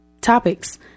topics